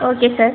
okay sir